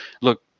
look